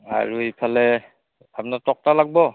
আৰু ইফালে আপনাৰ তক্তা লাগব